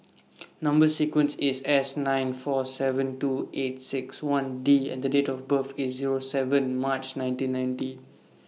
Number sequence IS S nine four seven two eight six one D and Date of birth IS Zero seven March nineteen ninety